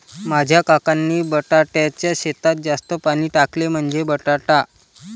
माझ्या काकांनी बटाट्याच्या शेतात जास्त पाणी टाकले, म्हणजे बटाटा